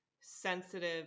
sensitive